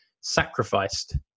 sacrificed